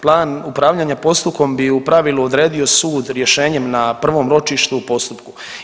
Plan upravljanja postupkom bi u pravilu odredio sud rješenjem na prvom ročištu u postupku.